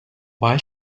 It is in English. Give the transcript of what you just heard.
why